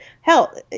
hell